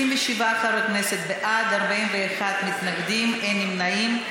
27 חברי כנסת בעד, 41 מתנגדים, אין נמנעים.